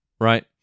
Right